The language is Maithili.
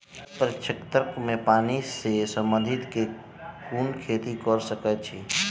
मिथिला प्रक्षेत्र मे पानि सऽ संबंधित केँ कुन खेती कऽ सकै छी?